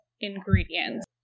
ingredients